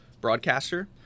broadcaster